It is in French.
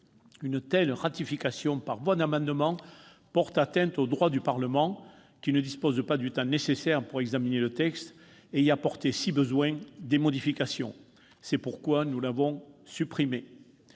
Une telle ratification par voie d'amendement porte atteinte aux droits du Parlement, qui ne dispose pas du temps nécessaire pour examiner le texte et y apporter si besoin des modifications. C'est pourquoi nous l'avons supprimée.